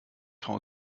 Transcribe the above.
frau